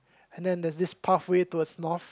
and then there's this path way towards north